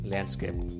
Landscape